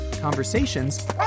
conversations